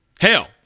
Hell